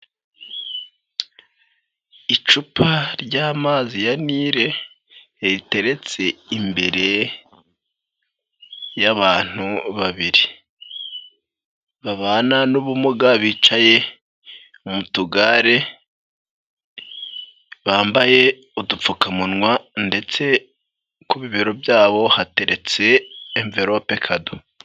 Icupa ry'amazi ya nile riteretse imbere y'abantu babiri babana n'ubumuga, bicaye mu tugare, bambaye udupfukamunwa ndetse ku bibero byabo hateretse envelope kado.